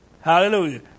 Hallelujah